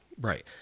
Right